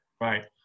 Right